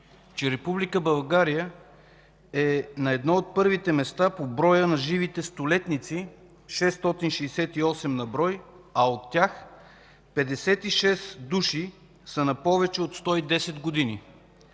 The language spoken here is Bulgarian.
че Република България е на едно от първите места по броя на живите столетници – 668 на брой, от тях 56 души са на повече от 110 години,